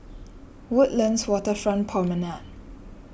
Woodlands Waterfront Promenade